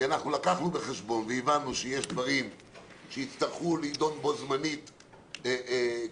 לקחנו בחשבון והבנו שיש דברים שיצטרכו להידון בו-זמנית כשצריך,